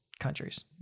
Countries